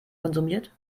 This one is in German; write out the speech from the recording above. konsumiert